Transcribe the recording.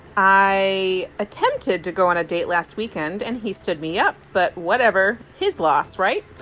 i attempted to go on a date last weekend and he stood me up. but whatever his loss. right.